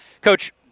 coach